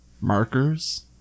Markers